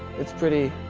it's pretty